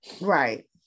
Right